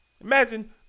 Imagine